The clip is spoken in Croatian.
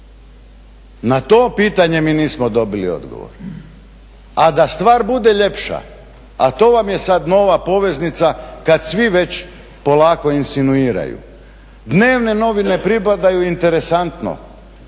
Na to pitanje mi nismo dobili odgovor. A da stvar bude ljepša, a to vam je sad nova poveznica kad svi već polako insinuiraju dnevne novine pripadaju interesantno